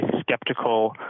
skeptical